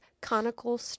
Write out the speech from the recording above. conical